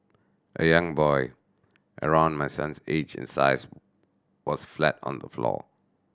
a young boy around my son's age and size was flat on the floor